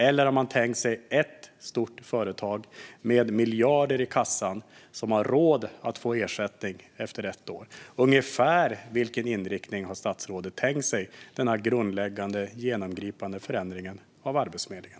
Eller har man tänkt sig ett stort företag med miljarder i kassan, som har råd att få ersättning efter ett år? Ungefär vilken inriktning har statsrådet tänkt sig för denna grundläggande och genomgripande förändring av Arbetsförmedlingen?